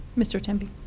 mr. temby?